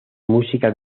música